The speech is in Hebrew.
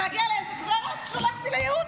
מתגעגע לאיזו גברת, שאתה שולח אותי לייעוץ?